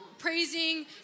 Praising